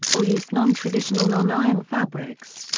or use nontraditional non-iron fabrics.